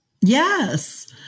Yes